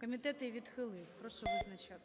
Комітет її відхилив. Прошу визначатися.